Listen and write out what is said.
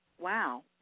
wow